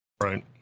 right